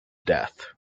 death